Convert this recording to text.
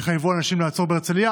יחייבו אנשים לעצור בהרצליה?